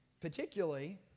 particularly